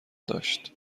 داشت